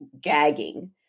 gagging